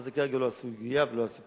אבל זו כרגע לא הסוגיה, ולא הסיפור.